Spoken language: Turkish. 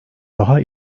daha